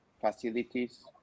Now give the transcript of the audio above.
facilities